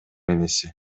энеси